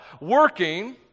working